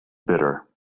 bitter